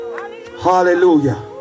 hallelujah